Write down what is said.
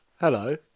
hello